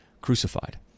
crucified